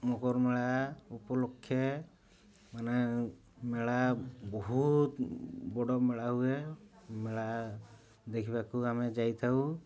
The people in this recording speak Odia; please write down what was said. ମକରମେଳା ଉପଲକ୍ଷେ ମାନେ ମେଳା ବହୁତ ବଡ଼ ମେଳା ହୁଏ ମେଳା ଦେଖିବାକୁ ଆମେ ଯାଇଥାଉ